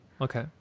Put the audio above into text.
Okay